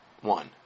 one